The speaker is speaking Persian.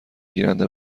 گیرنده